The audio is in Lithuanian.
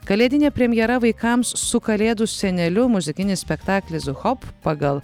kalėdinė premjera vaikams su kalėdų seneliu muzikinis spektaklis hop pagal